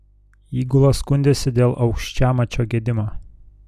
įgula skundėsi dėl aukščiamačio gedimo